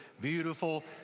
beautiful